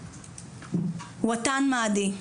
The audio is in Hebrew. וטן מאדי.